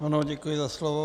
Ano, děkuji za slovo.